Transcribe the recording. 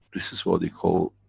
this is what you call,